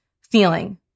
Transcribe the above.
feeling